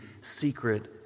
secret